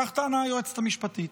כך טענה היועצת המשפטית.